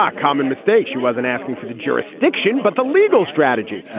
um common mistake. she wasn't asking for the jurisdiction but the legal strategy.